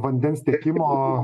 vandens tiekimo